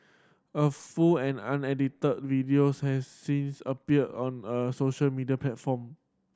a full and unedited videos has since appeared on a social media platform